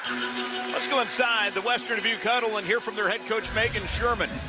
let's go inside the western dubuque huddle and hear from their head coach, megan scherrman.